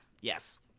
Yes